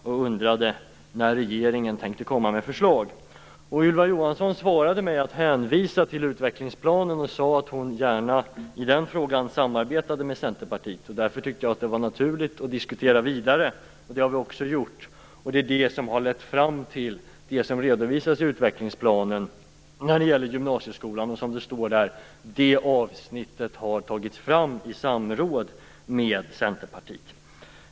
Jag undrade när regeringen tänkte komma med förslag. Ylva Johansson svarade med att hänvisa till utvecklingsplanen och sade att hon gärna samarbetade med Centerpartiet i den frågan. Därför tyckte jag att det var naturligt att diskutera vidare. Det har vi också gjort. Och det är det som har lett fram till det som redovisas i utvecklingsplanen när det gäller gymnasieskolan. Det avsnittet har, som det står, tagits fram i samråd med Centerpartiet.